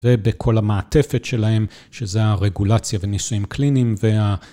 ובכל המעטפת שלהם, שזה הרגולציה וניסויים קליניים,